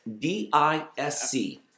D-I-S-C